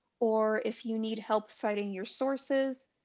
or if you need help citing your sources,